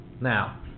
Now